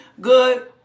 good